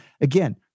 Again